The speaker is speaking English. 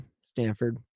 Stanford